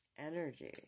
energy